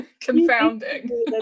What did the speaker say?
confounding